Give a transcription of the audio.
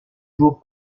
jours